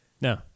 No